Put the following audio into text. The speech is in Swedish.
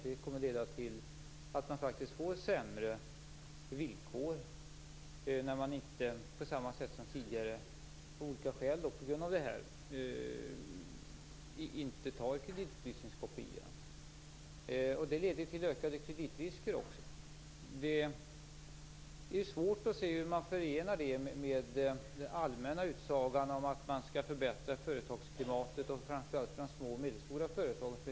Det kommer att leda till att man faktiskt får sämre villkor, när man på grund av det här beslutet inte på samma sätt som tidigare tar kreditupplysningskopia. Det leder till ökade kreditrisker också. Det är svårt att se hur man förenar det med den allmänna utsagan om att man skall förbättra företagsklimatet, framför allt för de små och medelstora företagen.